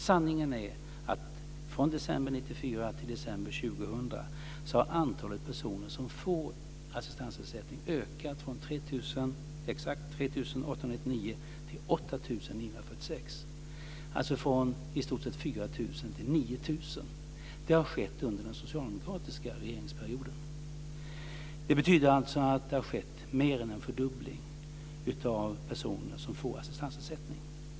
Sanningen är den att från december 1994 till december har antalet personer som får assistansersättning ökat från 3 899 till 8 936, alltså i stort sett från 4 000 till 9 000. Detta har skett under den socialdemokratiska regeringsperioden. Det har alltså skett mer än en fördubbling av antalet personer som får assistansersättning.